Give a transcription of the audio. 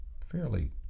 fairly